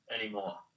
anymore